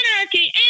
Anarchy